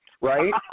right